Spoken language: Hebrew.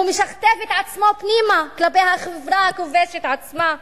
הוא משכתב את עצמו פנימה כלפי החברה הכובשת עצמה.